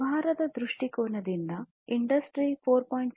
ವ್ಯವಹಾರದ ದೃಷ್ಟಿಕೋನದಿಂದ ಇಂಡಸ್ಟ್ರಿ 4